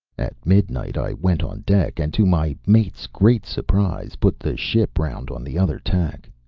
at midnight i went on deck, and to my mate's great surprise put the ship round on the other tack.